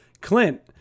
clint